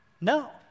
No